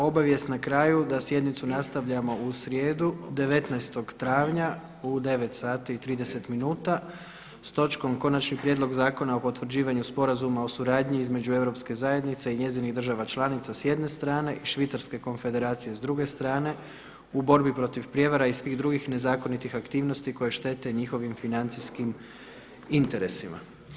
Obavijest na kraju da sjednicu nastavljamo u srijedu 19. travnja u 9,30 minuta s točkom Konačni prijedlog zakona o potvrđivanju Sporazuma o suradnji između Europske zajednice i njezinih država članica s jedne strane i Švicarske konfederacije s druge strane u borbi protiv prijevara i svih drugih nezakonitih aktivnosti koje štete njihovim financijskim interesima.